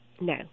No